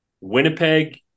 Winnipeg